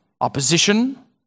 opposition